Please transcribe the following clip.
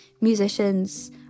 musicians